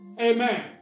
Amen